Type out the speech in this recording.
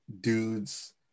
dudes